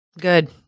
Good